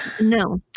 No